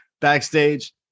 backstage